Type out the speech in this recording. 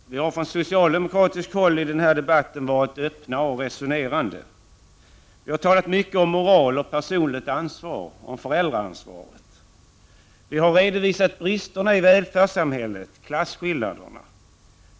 Herr talman! Vi har från socialdemokratiskt håll i den här debatten varit öppna och resonerande. Vi har talat mycket om moral och personligt ansvar, om föräldraansvaret. Vi har redovisat bristerna i välfärdssamhället, klasskillnaderna.